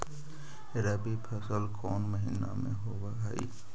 रबी फसल कोन महिना में होब हई?